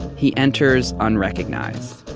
he enters unrecognized,